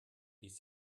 ließ